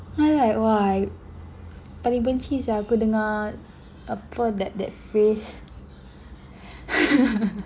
I'm like !wah! paling benci sia aku dengar apa that that phrase